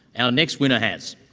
our next winner has.